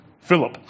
Philip